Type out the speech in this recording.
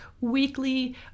weekly